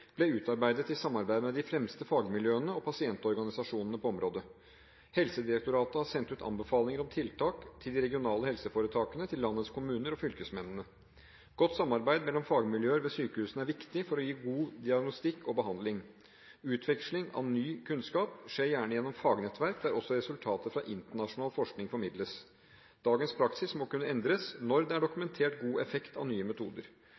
ble utarbeidet i samarbeid med de fremste fagmiljøene og pasientorganisasjonene på området. Helsedirektoratet har sendt ut anbefalinger om tiltak til de regionale helseforetakene, til landets kommuner og til fylkesmennene. Godt samarbeid mellom fagmiljøer ved sykehusene er viktig for å gi god diagnostikk og behandling. Utveksling av ny kunnskap skjer gjerne gjennom fagnettverk, der også resultater fra internasjonal forskning formidles. Dagens praksis må kunne endres når det er dokumentert god effekt av nye metoder.